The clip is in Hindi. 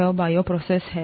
यह बायोप्रोसेस है